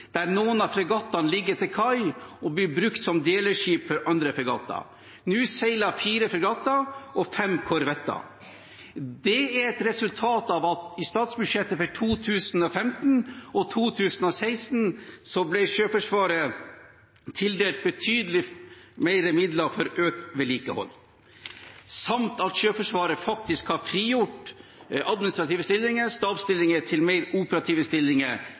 der noen av fregattene ligger til kai og blir brukt som deleskip for andre fregatter. Nå seiler fire fregatter og fem korvetter. Det er et resultat av at Sjøforsvaret i statsbudsjettet for 2015 og 2016 ble tildelt betydelig mer midler til økt vedlikehold samt at Sjøforsvaret har frigjort administrative stillinger, stabsstillinger, til mer operative stillinger